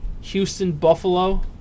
Houston-Buffalo